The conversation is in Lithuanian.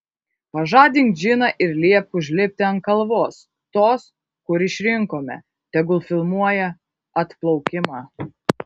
pažadink džiną ir liepk užlipti ant kalvos tos kur išrinkome tegul filmuoja atplaukimą